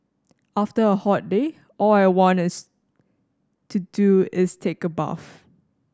after a hot day all I want is to do is take a bath